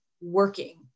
working